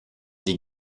die